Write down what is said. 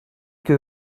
que